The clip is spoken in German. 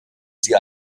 sie